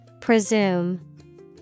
Presume